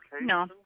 no